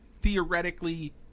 Theoretically